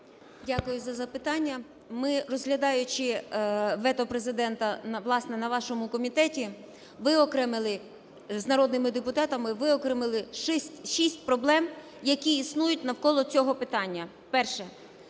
Дякую за запитання. Ми, розглядаючи вето Президента, власне, на вашому комітету, виокремили, з народними депутатами виокремили шість проблем, які існують навколо цього питання. Перше.